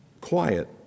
quiet